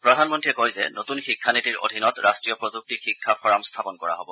প্ৰধানমন্ত্ৰীয়ে কয় যে নতুন শিক্ষা নীতিৰ অধীনত ৰাষ্টীয় প্ৰযুক্তি শিক্ষা ফৰাম স্থাপন কৰা হব